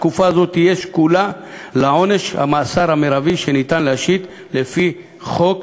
תקופה זו תהיה שקולה לעונש המאסר המרבי שניתן להשית לפי חוק,